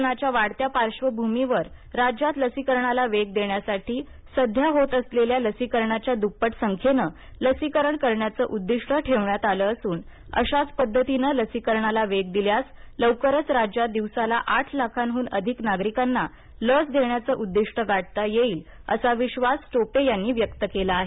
कोरोनाच्या वाढत्या पार्श्वभूमीवर राज्यात लसीकरणाला वेग देण्यासाठी सध्या होत असलेल्या लसीकरणाच्या दुप्पट संख्येनं लसीकरण करण्याचे उद्दीष्ट ठेवण्यात आले असून अशाच पद्धतीने लसीकरणाला वेग दिल्यास लवकरच राज्यात दिवसाला आठ लाखांहून अधिक नागरिकांना लस देण्याचं उद्दिष्ट गाठता येईल असा विश्वास आरोग्यमंत्री टोपे यांनी व्यक्त केला आहे